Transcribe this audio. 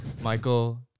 Michael